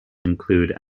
include